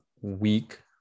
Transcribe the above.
week